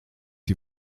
die